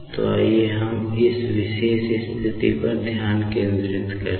तो आइए हम इन विशेष स्थिति पर ध्यान केंद्रित करें